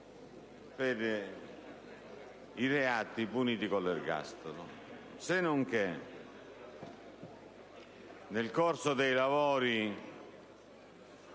per i reati puniti con l'ergastolo. Senonché, nel corso dei lavori